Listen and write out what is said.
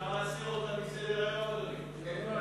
אפשר להסיר אותה מסדר-היום, אדוני.